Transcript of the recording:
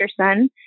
son